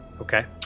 Okay